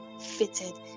fitted